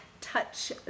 touch